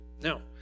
Now